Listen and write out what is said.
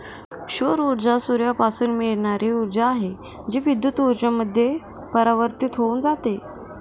सौर ऊर्जा सूर्यापासून मिळणारी ऊर्जा आहे, जी विद्युत ऊर्जेमध्ये परिवर्तित होऊन जाते